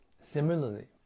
Similarly